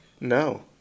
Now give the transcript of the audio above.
No